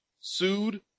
sued